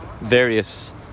various